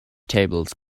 tables